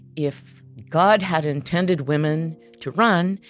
if god had intended women to run,